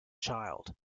child